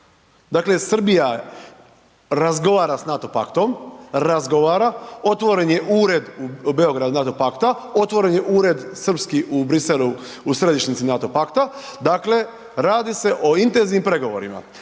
Dakle, Srbija razgovara s NATO paktom, razgovara, otvoren je ured u Beogradu NATO pakta, otvoren je ured srpski u Briselu u središnjici NATO pakta, dakle, radi se o intenzivnim pregovorima